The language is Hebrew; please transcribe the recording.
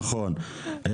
נכון.